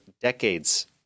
decades